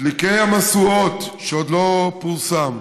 מדליקי המשואות, שעוד לא פורסמו,